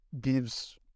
gives